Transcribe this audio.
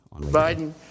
Biden